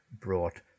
brought